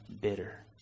bitter